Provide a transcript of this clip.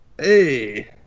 Hey